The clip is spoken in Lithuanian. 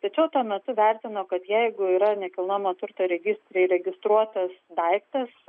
tačiau tuo metu vertino kad jeigu yra nekilnojamo turto registre įregistruotas daiktas